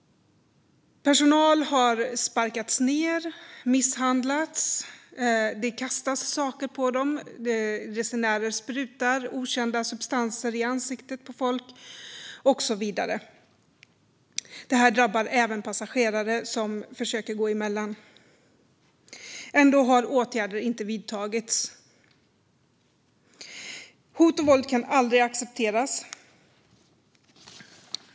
Personal har sparkats ned och misshandlats. Resenärer kastar saker på dem, sprutar okända substanser i ansiktet på dem och så vidare. Det här drabbar även passagerare som försöker gå emellan. Ändå har åtgärder inte vidtagits. Hot och våld kan aldrig accepteras.